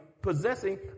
possessing